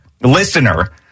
listener –